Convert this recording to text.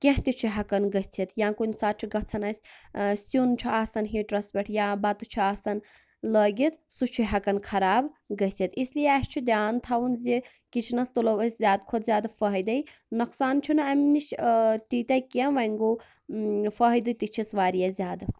کینٛہہ تہِ چھُ ہیٚکان گٔژھِتھ یا کُنہِ ساتہٕ چھُ گَژھان اَسہِ سہیُن چھُ آسان ہیٖٹرس پیٚتھ یا بَتہٕ چھُ آسان لٲگِتھ سُہ چھُ ہیٚکان خراب گٔژھِتھ اسلیے اسہِ چھُ دھیان تھاوُن زِ کِچنَس تُلو أسۍ زیادٕ کھۄتہٕ زیاد فٔہدے نۄقصان چھُ نہٕ امہِ نِش تۭتیاہ کینٛہہ ونۍ گوٚو فٲیدٕ تہِ چھِس واریاہ زیادٕ